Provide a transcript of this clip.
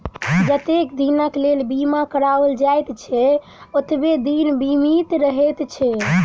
जतेक दिनक लेल बीमा कराओल जाइत छै, ओतबे दिन बीमित रहैत छै